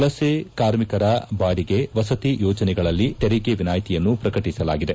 ವಲಸೆ ಕಾರ್ಮಿಕರ ಬಾಡಿಗೆ ವಸತಿ ಯೋಜನೆಗಳಲ್ಲಿ ತೆರಿಗೆ ವಿನಾಯ್ತಿಯನ್ನು ಪ್ರಕಟಿಸಲಾಗಿದೆ